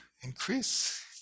increase